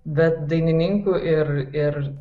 bet dainininkų ir ir